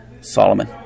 Solomon